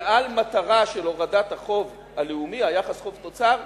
ועל מטרה של הורדת החוב הלאומי, היחס חוב תוצר,